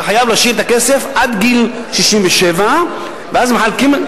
אתה חייב להשאיר את הכסף עד גיל 67 ואז מחלקים,